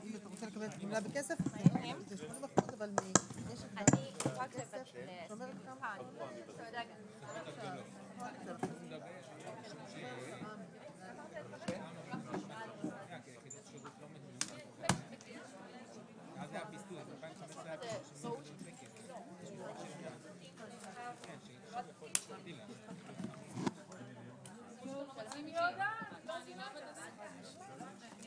11:04.